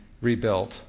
rebuilt